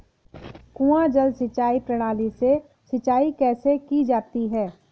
कुआँ जल सिंचाई प्रणाली से सिंचाई कैसे की जाती है?